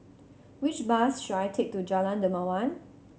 which bus should I take to Jalan Dermawan